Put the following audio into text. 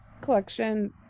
collection